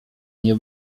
nie